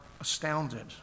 astounded